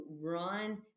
run